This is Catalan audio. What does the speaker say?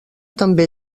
també